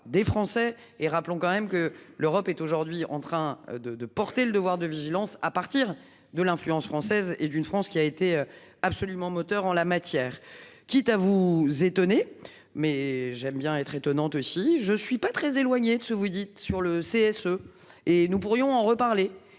des Français. Et rappelons quand même que l'Europe est aujourd'hui en train de, de porter le devoir de vigilance à partir de l'influence française et d'une France qui a été absolument moteur en la matière, quitte à vous étonner mais j'aime bien être étonnante, si je suis pas très éloigné de ce vous dites sur le CSE et nous pourrions en reparler